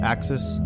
Axis